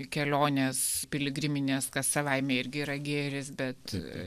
kelionės piligriminės kas savaime irgi yra gėris bet